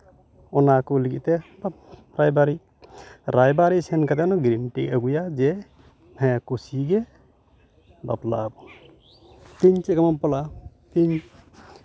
ᱚᱱᱟ ᱠᱚ ᱞᱟᱹᱜᱤᱫ ᱛᱮ ᱨᱟᱭᱵᱟᱨᱤᱡ ᱨᱟᱭᱵᱟᱨᱤᱡ ᱥᱮᱱ ᱠᱟᱛᱮᱫ ᱦᱚᱸ ᱜᱮᱨᱮᱱᱴᱤ ᱟᱹᱜᱩᱭᱟᱭ ᱡᱮ ᱦᱮᱸ ᱠᱩᱥᱤ ᱜᱮ ᱵᱟᱯᱞᱟᱜ ᱟᱵᱚᱱ ᱛᱮᱦᱤᱧ ᱪᱮᱫ ᱞᱮᱠᱟ ᱵᱚᱱ ᱵᱟᱯᱞᱟᱜᱼᱟ ᱛᱮᱦᱤᱧ